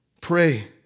Pray